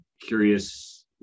curious